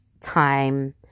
time